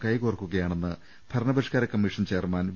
കൈകോർക്കുകയാണെന്ന് ഭരണപരിഷ്കാര commission chairman V